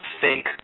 fake